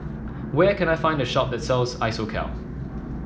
where can I find a shop that sells Isocal